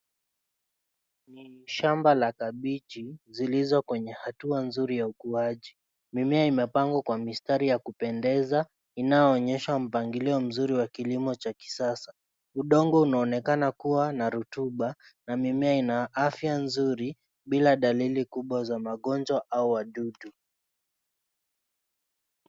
Shamba la kabichi zilizo kwenye hatua nzuri za ukuaji, mimea imepangwa kwa mistari ya kupendeza ,inayoonyesha mpangilio mzuri wa kilimo cha kisasa. Udongo unaonekana kuwa na rotuba, na mimea ina afya nzuri, bila dalili kubwa za magonjwa au wadudu.